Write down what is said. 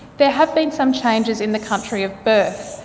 there have been some changes in the country of birth,